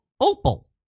opal